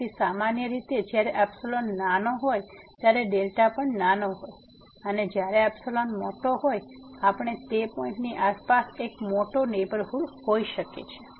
તેથી સામાન્ય રીતે જ્યારે ϵ નાનો હોય છે ત્યારે પણ નાનો હોય છે અને જ્યારે ϵ મોટો હોય ત્યારે આપણે તે પોઈન્ટ ની આસપાસ એક મોટો નેહબરહુડ હોઈ શકીએ છીએ